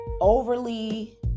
overly